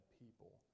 people